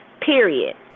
period